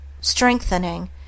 strengthening